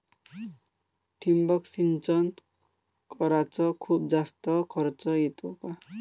ठिबक सिंचन कराच खूप जास्त खर्च येतो का?